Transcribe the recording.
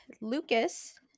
Lucas